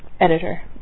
Editor